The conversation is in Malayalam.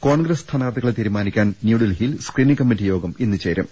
കോൺഗ്രസ് സ്ഥാനാർഥികളെ തീരുമാനിക്കാൻ ന്യൂഡൽഹിയിൽ സ്ക്രീനിങ് കമ്മിറ്റി യോഗം ഇന്ന് ചേരും